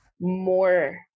more